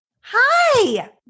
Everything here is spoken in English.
Hi